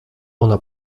ona